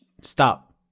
stop